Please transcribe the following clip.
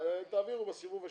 תעבירו בסיבוב השני.